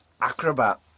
Acrobat